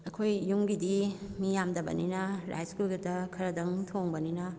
ꯑꯩꯈꯣꯏ ꯌꯨꯝꯒꯤꯗꯤ ꯃꯤ ꯌꯥꯝꯗꯕꯅꯤꯅ ꯔꯥꯏꯁ ꯀꯨꯀꯔꯗ ꯈꯔꯗꯪ ꯊꯣꯡꯕꯅꯤꯅ